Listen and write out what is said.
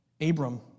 Abram